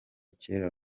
cyera